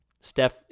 Steph